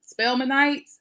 Spelmanites